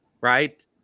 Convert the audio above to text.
Right